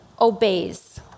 obeys